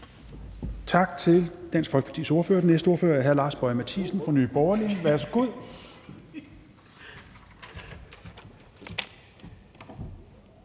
Tak til Dansk Folkepartis ordfører. Den næste ordfører er hr. Lars Boje Mathiesen fra Nye Borgerlige. Værsgo.